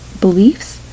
beliefs